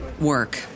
work